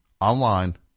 online